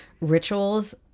rituals